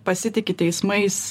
pasitiki teismais